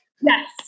Yes